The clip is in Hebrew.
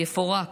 יפורק,